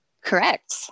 Correct